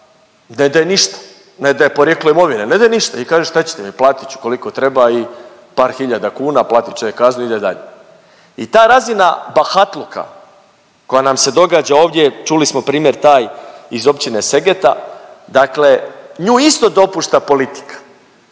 ne daje ništa, ne daje porijeklo imovine, ne daju ništa i kaže šta ćete platit ću koliko treba i par hiljada kuna plati čovjek kaznu ide dalje. I ta razina bahatluka koja nam se događa ovdje čuli smo primjer taj iz Općine Segeta dakle, nju isto dopušta politika